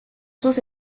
sus